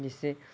जिससे